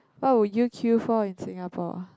what would you queue for in Singapore